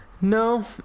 no